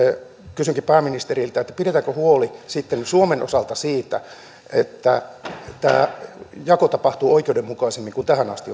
kysynkin pääministeriltä pidetäänkö huoli sitten suomen osalta siitä että tämä jako tapahtuu oikeudenmukaisemmin kuin tähän asti